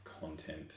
content